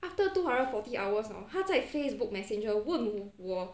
after two hundred forty hours hor 他在 facebook messenger 问我